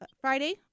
Friday